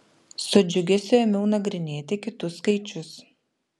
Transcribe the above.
su džiugesiu ėmiau nagrinėti kitus skaičius